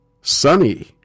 sunny